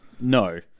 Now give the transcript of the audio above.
No